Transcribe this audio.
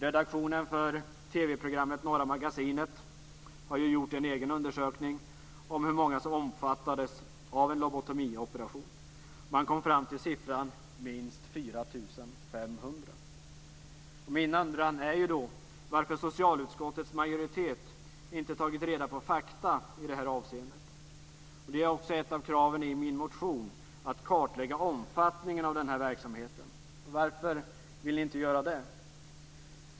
Redaktionen för TV-programmet Norra Magasinet har gjort en egen undersökning av hur många som omfattades av en lobotomioperation. Man kom fram till siffran minst 4 500. Min undran är då varför socialutskottets majoritet inte har tagit reda på fakta i det här avseendet. Det är också ett av kraven i min motion; att kartlägga omfattningen av den här verksamheten. Varför vill ni inte göra det?